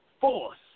force